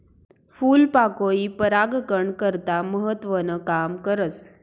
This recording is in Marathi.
फूलपाकोई परागकन करता महत्वनं काम करस